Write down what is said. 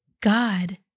God